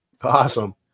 awesome